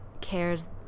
cares